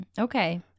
Okay